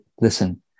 listen